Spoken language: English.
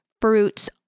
fruits